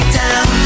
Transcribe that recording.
down